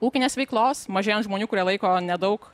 ūkinės veiklos mažėjant žmonių kurie laiko nedaug